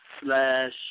slash